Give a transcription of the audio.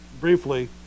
briefly